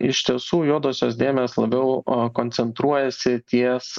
iš tiesų juodosios dėmės labiau koncentruojasi ties